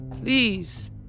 please